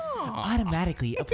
Automatically